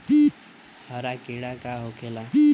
हरा कीड़ा का होखे ला?